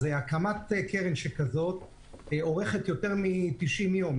הקמת קרן כזאת אורכת יותר מ-90 יום,